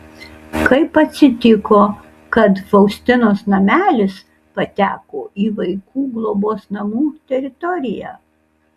kaip atsitiko kad faustinos namelis pateko į vaikų globos namų teritoriją